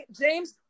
James